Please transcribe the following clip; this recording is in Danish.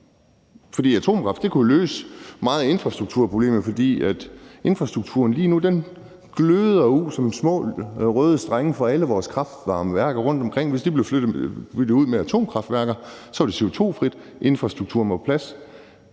Atomkraft kunne løse mange af infrastrukturproblemerne, for infrastrukturen gløder lige nu som små røde strenge ud fra alle vores kraft-varme-værker rundtomkring, og hvis de blev byttet ud med atomkraftværker, var det CO2-frit, og infrastrukturen var på plads.